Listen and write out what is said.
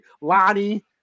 lonnie